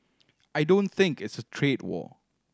I don't think it's a trade war